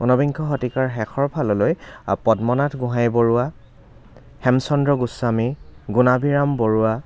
ঊনবিংশ শতিকাৰ শেষৰ ফাললৈ পদ্মনাথ গোহাঁইবৰুৱা হেমচন্দ্ৰ গোস্বামী গুণাভিৰাম বৰুৱা